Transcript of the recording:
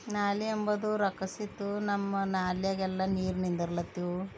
ನಾಲೆ ಎಂಬುದು ರಕ್ಕಸಿತ್ತು ನಮ್ಮ ನಾಲ್ಯಾಗ ಎಲ್ಲ ನೀರು ನಿಂದರ್ಲತು